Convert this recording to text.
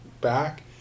back